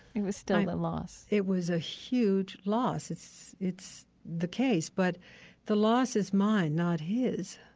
it was still a loss it was a huge loss. it's it's the case. but the loss is mine, not his.